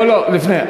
לא, לפני.